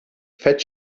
fett